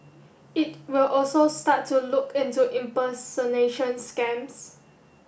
it will also start to look into impersonation scams